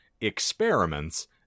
experiments